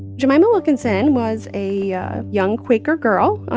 jemima wilkinson was a young quaker girl.